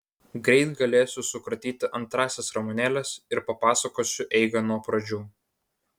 greit galėsiu sukratyti antrąsias ramunėles ir papasakosiu eigą nuo pradžių